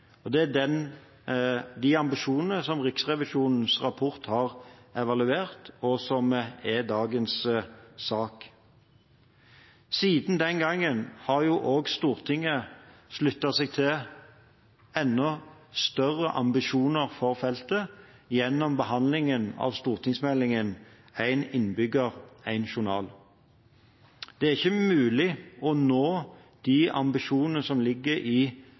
dagens sak. Siden den gangen har Stortinget sluttet seg til enda større ambisjoner for feltet gjennom behandlingen av stortingsmeldingen Én innbygger – én journal. Det er ikke mulig å nå de ambisjonene som ligger i